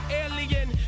alien